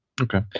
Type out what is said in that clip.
okay